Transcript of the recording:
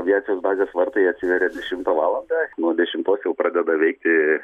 aviacijos bazės vartai atsiveria dešimtą valandą nuo dešimtos jau pradeda veikti